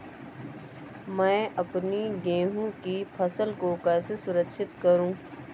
मैं अपनी गेहूँ की फसल को कैसे सुरक्षित करूँ?